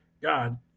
God